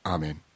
Amen